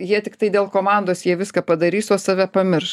jie tiktai dėl komandos jie viską padarys o save pamirš